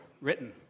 written